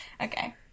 Okay